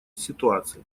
ситуации